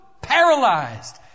paralyzed